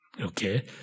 okay